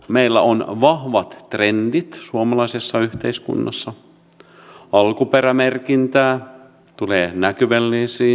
meillä on vahvat trendit suomalaisessa yhteiskunnassa alkuperämerkintä tulee näkyviin